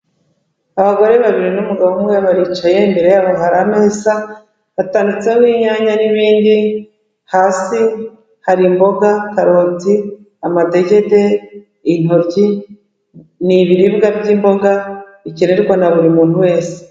Abagore babiri n'umugabo umwe baricaye, imbere yabo hari ameza, hatanditseho imyanya n'ibindi, hasi hari imboga, karoti, amadegede, intoryi, ni ibiribwa by'imboga bikenerwa na buri muntu wese.